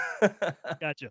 Gotcha